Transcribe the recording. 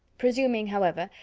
presuming however,